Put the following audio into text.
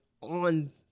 on